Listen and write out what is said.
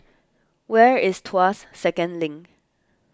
where is Tuas Second Link